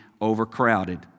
overcrowded